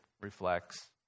reflects